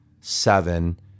seven